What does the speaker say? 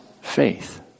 faith